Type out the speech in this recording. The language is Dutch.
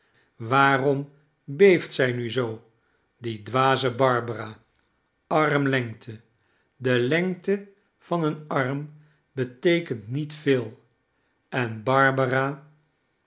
waarom beeft zij nu zoo die dwaze barbara armlengte de lengte van een arm beteekent niet veel en barbara